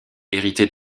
hérité